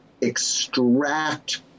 extract